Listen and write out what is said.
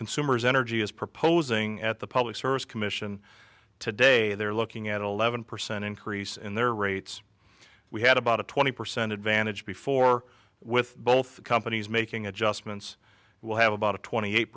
consumers energy is proposing at the public service commission today they're looking at eleven percent increase in their rates we had about a twenty percent advantage before with both companies making adjustments will have about a twenty eight